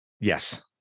Yes